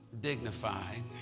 dignified